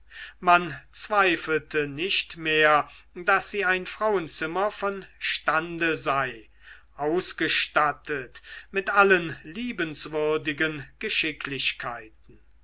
man zweifelte nicht mehr daß sie ein frauenzimmer von stande sei ausgestattet mit allen liebenswürdigen geschicklichkeiten